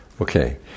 okay